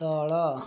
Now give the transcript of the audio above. ତଳ